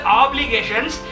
obligations